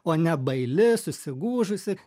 o ne baili susigūžusi